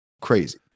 Crazy